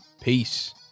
Peace